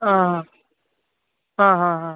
ಹಾಂ ಹಾಂ ಹಾಂ ಹಾಂ ಹಾಂ